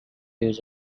use